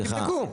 תבדקו.